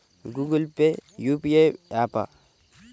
Google Pay UPI య్యాపా?